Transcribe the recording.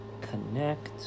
Connect